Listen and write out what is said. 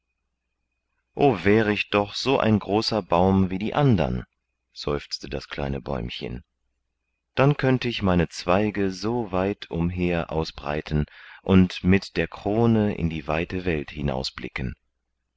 wäre ich doch so ein großer baum wie die andern seufzte das kleine bäumchen dann könnte ich meine zweige so weit umher ausbreiten und mit der krone in die weite welt hinausblicken